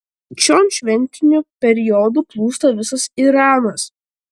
čion šventiniu periodu plūsta visas iranas